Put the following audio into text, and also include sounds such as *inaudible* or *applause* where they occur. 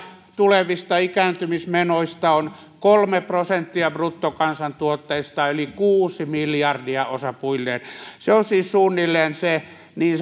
tulevista ikääntymismenoista on kolme prosenttia bruttokansantuotteesta eli kuusi miljardia osapuilleen se on siis suunnilleen se niin *unintelligible*